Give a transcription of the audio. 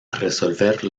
resolver